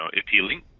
appealing